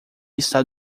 está